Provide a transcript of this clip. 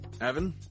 Evan